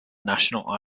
national